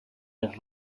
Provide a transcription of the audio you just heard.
les